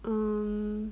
um